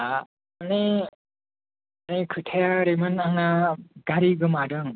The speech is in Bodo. मानि बे खोथाया ओरैमोन आंना गारि गोमादों